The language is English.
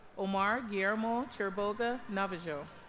omar guillermo chiriboga novillo